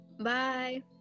Bye